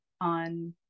on